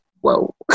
Whoa